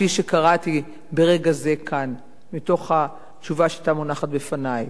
כפי שקראתי ברגע זה כאן מתוך התשובה שהיתה מונחת בפני,